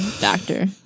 doctor